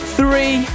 three